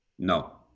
No